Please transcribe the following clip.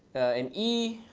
an e.